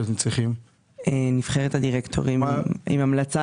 נבחרת הדירקטורים עם המלצה.